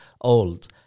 old